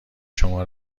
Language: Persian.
شما